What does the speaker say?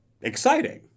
exciting